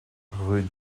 rue